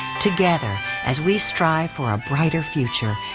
together as we strive for a brighter future,